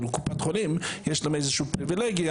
אבל לקופות החולים יש איזושהי פריבילגיה